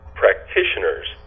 practitioners